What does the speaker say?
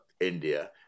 India